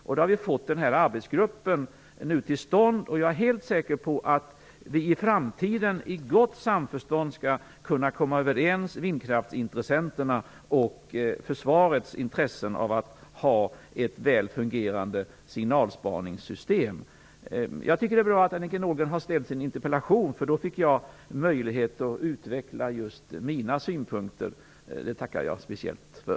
Nu har denna arbetsgrupp kommit till stånd, och jag är helt säker på att vindkraftsintressenterna och försvaret i framtiden i gott samförstånd skall kunna komma överens. Försvarets intresse är ju att ha ett väl fungerande signalspaningssystem. Jag tycker att det är bra att Annika Nordgren har framställt den här interpellationen, för då fick jag möjlighet att utveckla mina synpunkter. Det tackar jag speciellt för.